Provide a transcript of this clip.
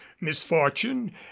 misfortune